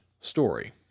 story